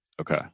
Okay